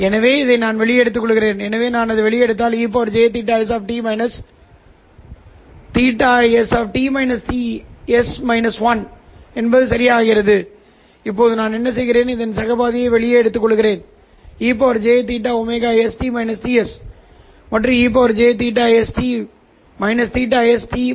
எனவே நான் உள்வரும் சிக்னலை எடுத்துக்கொள்கிறேன் அது Es பின்னர் அதை கப்ளர் வழியாக வைக்கிறேன் ஆனால் உள்ளூர் ஆஸிலேட்டரிலிருந்து இந்த சிக்னலை அனுப்புவதற்கு பதிலாக அதை நேரடியாக இணைப்பிற்கு நேரடியாக இணைப்பதன் மூலம் நான் என்ன செய்கிறேன் அதை நான் ஒரு வழியாக அனுப்புகிறேன் கட்ட மாடுலேட்டர் சரி நான் இதை ஒரு கட்ட மாடுலேட்டர் மூலம் அனுப்புகிறேன் மற்றும் கட்ட மாடுலேட்டரை அமைக்கிறேன் இது 900 கட்டத்தை வழங்குகிறது அதாவது ELO க்கு பதிலாக கப்ளருக்குள் செல்வது jELO ஆகும்